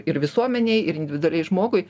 ir visuomenei ir individualiai žmogui